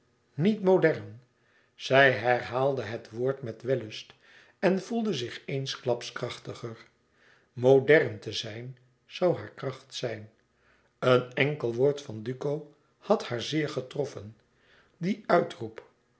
niet modern zij herhaalde het woord met wellust en voelde zich eensklaps krachtiger modern te zijn zoû haar kracht zijn een enkel woord van duco had haar zeer getroffen die uitroep